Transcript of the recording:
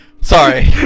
Sorry